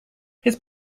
his